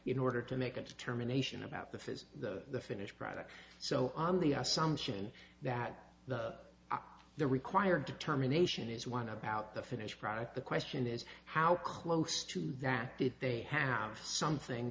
in order to make a determination about the phase the finished product so on the assumption that the op the required determination is one about the finished product the question is how close to that did they have something